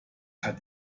hat